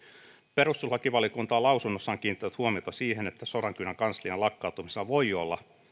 perustuslakivaliokunta on lausunnossaan kiinnittänyt huomiota siihen että sodankylän kanslian lakkauttamisella voi olla